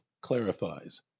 clarifies